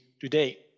today